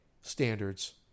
standards